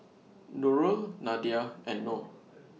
Nurul Nadia and Noh